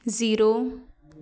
zero